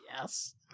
Yes